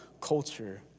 culture